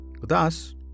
Thus